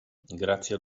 grazie